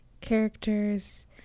characters